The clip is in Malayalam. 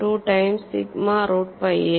12 times sigma root pi A